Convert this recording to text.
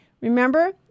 Remember